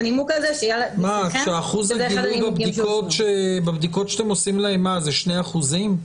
אחוז הבדיקות שאתם עושים להם, אלה שני אחוזים.